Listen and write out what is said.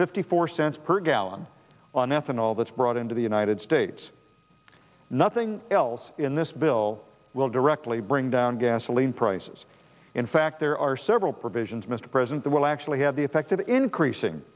fifty four cents per gallon on ethanol that's brought into the united states nothing else in this bill will directly bring down gasoline prices in fact there are several provisions mr president that will actually have the effect of increasing